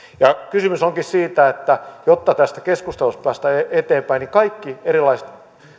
kysymys onkin siitä että jotta tästä keskustelusta päästään eteenpäin niin kaikki erilaiset